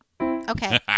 Okay